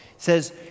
says